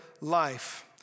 life